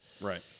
right